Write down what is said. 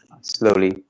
slowly